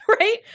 Right